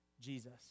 Jesus